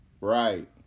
right